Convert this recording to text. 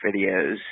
videos